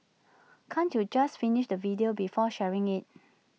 can't you just finish the video before sharing IT